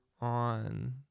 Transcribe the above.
on